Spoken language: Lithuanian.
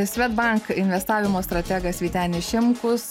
swedbank investavimo strategas vytenis šimkus